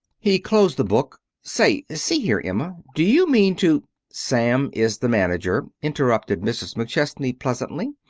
he closed the book. say, see here, emma, do you mean to sam is the manager, interrupted mrs. mcchesney pleasantly,